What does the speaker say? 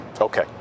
Okay